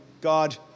God